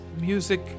music